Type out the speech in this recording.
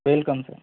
welcome sir